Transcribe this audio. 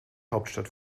hauptstadt